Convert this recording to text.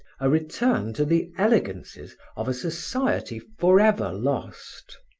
a return to the elegances of a society forever lost.